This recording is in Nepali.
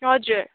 हजुर